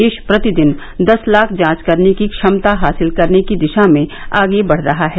देश प्रतिदिन दस लाख जांच करने की क्षमता हासिल करने की दिशा में आगे बढ़ रहा है